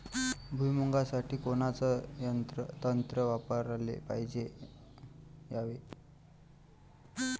भुइमुगा साठी कोनचं तंत्र वापराले पायजे यावे?